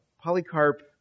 Polycarp